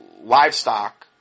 livestock